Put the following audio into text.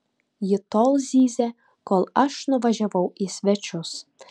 ji tol zyzė kol aš nuvažiavau į svečius